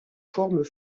forme